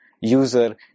user